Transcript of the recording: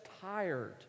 tired